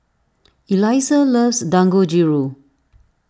Elisa loves Dangojiru